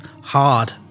hard